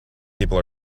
people